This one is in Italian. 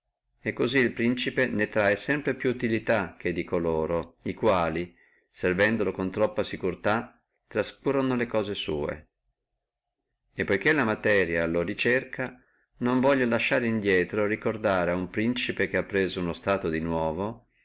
e cosí el principe ne trae sempre più utilità che di coloro che servendolo con troppa sicurtà straccurono le cose sua e poiché la materia lo ricerca non voglio lasciare indrieto ricordare a principi che hanno preso uno stato di nuovo